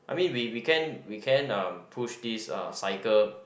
I mean we we can we can uh push this cycle